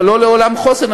אבל לא לעולם חוסן.